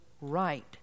right